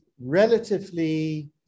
relatively